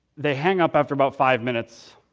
they hang up after about five minutes,